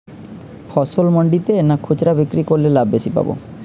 ফসল মন্ডিতে না খুচরা বিক্রি করলে লাভ বেশি পাব?